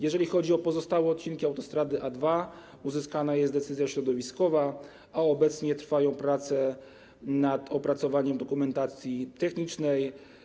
Jeżeli chodzi o pozostałe odcinki autostrady A2, uzyskana została decyzja środowiskowa, a obecnie trwają prace nad opracowaniem dokumentacji technicznej.